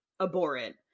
abhorrent